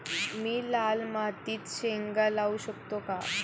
मी लाल मातीत शेंगा लावू शकतो का?